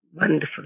Wonderful